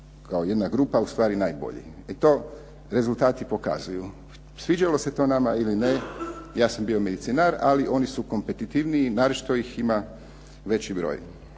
kao jedna grupa ustvari najbolji i to rezultati pokazuju. Sviđalo se to nama ili ne ja sam bio medicinar, ali oni su kompetitivniji, naročito ih ima veći broj.